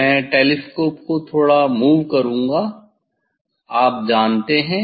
मैं टेलीस्कोप को थोड़ा मूव करूंगा आप जानते हैं